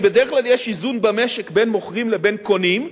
אם בדרך כלל יש איזון במשק בין מוכרים לבין קונים,